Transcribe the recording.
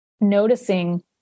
noticing